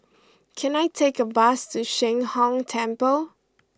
can I take a bus to Sheng Hong Temple